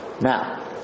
Now